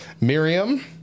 Miriam